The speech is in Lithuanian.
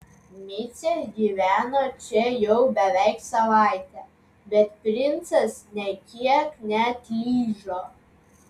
micė gyveno čia jau beveik savaitę bet princas nė kiek neatlyžo